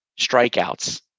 strikeouts